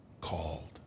Called